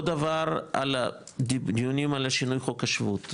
אותו דבר על הדיונים על שינוי חוק השבות,